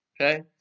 Okay